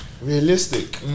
Realistic